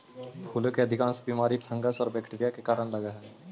फूलों में अधिकांश बीमारी फंगस और बैक्टीरिया के कारण लगअ हई